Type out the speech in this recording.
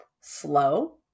slow